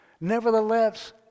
Nevertheless